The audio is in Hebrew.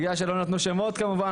בגלל שלא נתנו שמות כמובן.